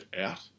out